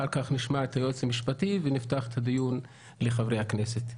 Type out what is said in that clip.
אחר כך נשמע את היועץ המשפטי ונפתח את הדיון לחברי הכנסת.